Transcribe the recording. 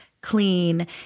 clean